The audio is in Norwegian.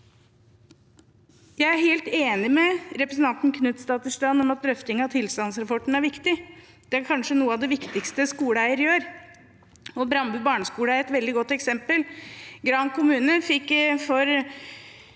Jeg er helt enig med representanten Knutsdatter Strand i at drøfting av tilstandsrapporten er viktig. Det er kanskje noe av det viktigste skoleeiere gjør. Brandbu barneskole er et veldig godt eksempel. Gran kommune fikk